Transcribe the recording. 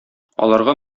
аларга